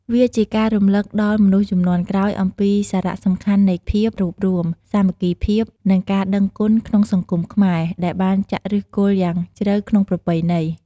វាជាការរំលឹកដល់មនុស្សជំនាន់ក្រោយអំពីសារៈសំខាន់នៃភាពរួបរួម សាមគ្គីភាព និងការដឹងគុណក្នុងសង្គមខ្មែរ ដែលបានចាក់ឫសគល់យ៉ាងជ្រៅក្នុងប្រពៃណី។